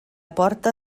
porta